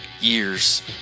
years